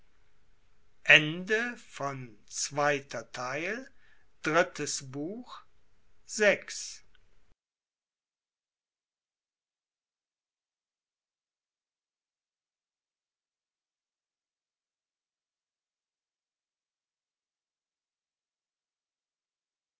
zweiter theil drittes buch